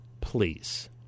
Please